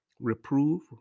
reprove